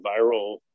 viral